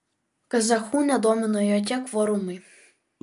kazachų nedomino jokie kvorumai